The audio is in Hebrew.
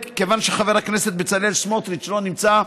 כיוון שחבר הכנסת בצלאל סמוטריץ לא נמצא,